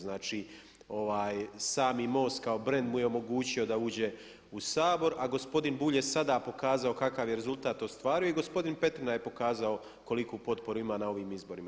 Znači sami MOST kao brend mu je omogućio da uđe u Sabor a gospodin Bulj je sada pokazao kakav je rezultat ostvario i gospodin Petrina je pokazao koliku potporu ima na ovim izborima.